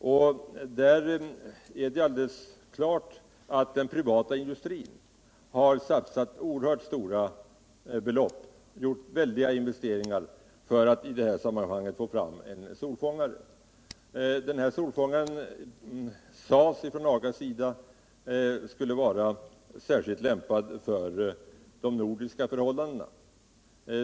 Och det är alldeles klart att den privata industrin gjort väldiga investeringar och satsat oerhört stora belopp lör att få fram en soltångare. Solfångaren sades från AGA:s sida vara särskilt lämpad för de nordiska förhållandena.